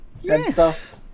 yes